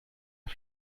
der